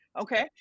Okay